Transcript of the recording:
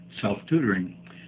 self-tutoring